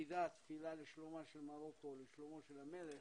ולצידה תפילה לשלומה של מרוקו ולשלומו של המלך,